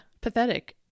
pathetic